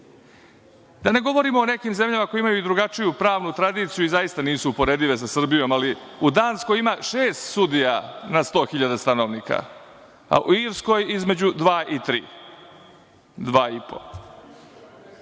Da ne govorim o nekim zemljama koje imaju i drugačiju pravnu tradiciju i zaista nisu uporedive sa Srbijom, ali u Danskoj ima šest sudija na 100 hiljada stanovnika. U Irskoj između dva i tri, dva i po.